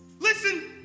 Listen